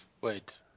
Wait